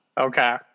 Okay